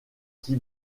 qui